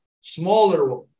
smaller